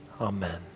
Amen